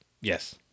yes